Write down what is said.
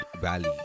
Valley